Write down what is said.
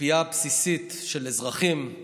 הציפייה הבסיסית של אזרחים היא